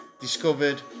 discovered